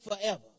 forever